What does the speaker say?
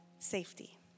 safety